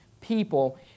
people